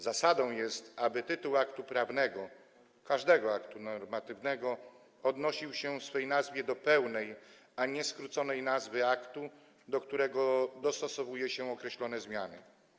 Zasadą jest, aby tytuł aktu prawnego, każdego aktu normatywnego odnosił się w swej nazwie do pełnej, a nie skróconej nazwy aktu, do którego dostosowuje się określone zmiany.